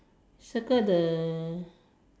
circle the